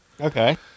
Okay